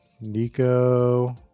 Nico